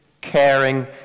caring